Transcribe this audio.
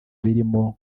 birimo